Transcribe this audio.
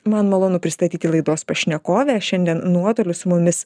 man malonu pristatyti laidos pašnekovę šiandien nuotoliu su mumis